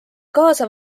kaasa